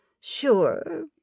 Sure